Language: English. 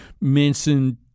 Manson